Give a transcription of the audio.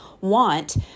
want